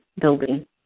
building